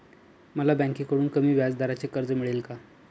मला बँकेकडून कमी व्याजदराचे कर्ज मिळेल का?